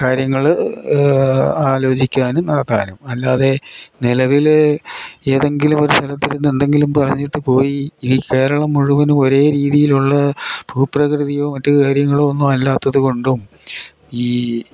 കാര്യങ്ങൾ ആലോചിക്കാനും നടക്കാനും അല്ലാതെ നിലവിൽ ഏതെങ്കിലും ഒരു സ്ഥലത്തിരുന്ന് എന്തെങ്കിലും പറഞ്ഞിട്ട് പോയി ഈ കേരളം മുഴുവനും ഒരേ രീതിയിലുള്ള ഭൂപ്രകൃതിയോ മറ്റ് കാര്യങ്ങളോ ഒന്നും അല്ലാത്തത് കൊണ്ടും ഈ